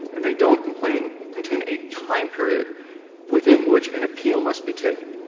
and they don't contain contain a time period within which an appeal must be taken.